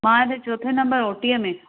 मां हिते चोथें नम्बर ओटीअ में